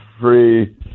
free